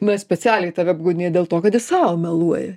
na specialiai tave apgaudinėja dėl to kad jis sau meluoja